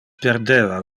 perdeva